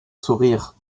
sourire